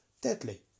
deadly